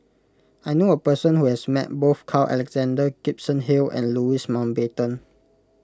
I knew a person who has met both Carl Alexander Gibson Hill and Louis Mountbatten